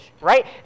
right